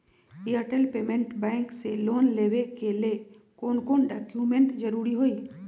Airtel payments bank से loan लेवे के ले कौन कौन डॉक्यूमेंट जरुरी होइ?